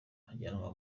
bajyanwa